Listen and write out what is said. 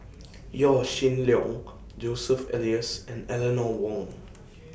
Yaw Shin Leong Joseph Elias and Eleanor Wong